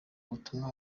ubutumwa